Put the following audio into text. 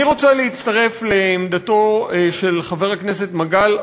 אני רוצה להצטרף לעמדתו של חבר הכנסת מגל,